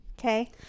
okay